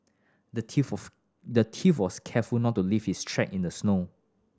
the thief the thief was careful not to leave his track in the snow